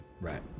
right